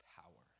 power